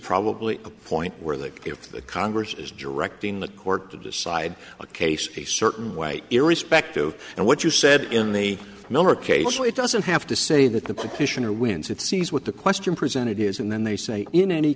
probably a point where that if the congress is directing the court to decide a case a certain way irrespective and what you said in the miller case it doesn't have to say that the petitioner wins it sees what the question presented is and then they say in any